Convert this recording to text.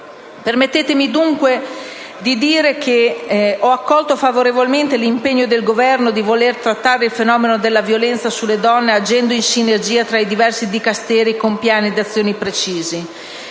Permettetemi, dunque, di dire che ho accolto favorevolmente l'impegno del Governo a trattare il fenomeno della violenza sulle donne agendo in sinergia tra i diversi Dicasteri con piani ed azioni ben precisi: